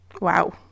wow